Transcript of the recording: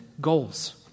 goals